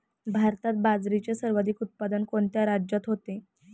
भारतात बाजरीचे सर्वाधिक उत्पादन कोणत्या राज्यात होते?